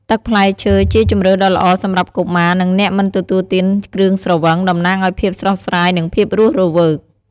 ទឹកផ្លែឈើជាជម្រើសដ៏ល្អសម្រាប់កុមារ និងអ្នកមិនទទួលទានគ្រឿងស្រវឹង តំណាងឱ្យភាពស្រស់ស្រាយ និងភាពរស់រវើក។